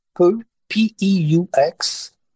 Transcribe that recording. P-E-U-X